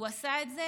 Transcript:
הוא עשה את זה